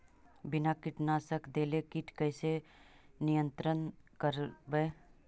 बिना कीटनाशक देले किट कैसे नियंत्रन करबै?